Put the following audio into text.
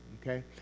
Okay